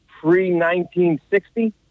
pre-1960